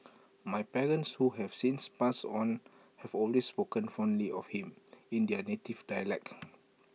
my parents who have since passed on have always spoken fondly of him in their native dialect